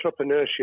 entrepreneurship